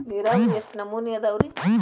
ನೇರಾವರಿಯಾಗ ಎಷ್ಟ ನಮೂನಿ ಅದಾವ್ರೇ?